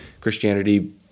Christianity